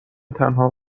تنها